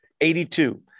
82